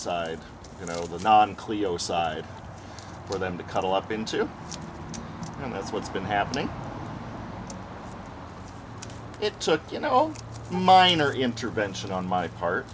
side you know the non clio side for them to cuddle up into and that's what's been happening it took you know minor intervention on my part